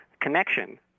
connection